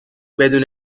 بدون